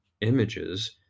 images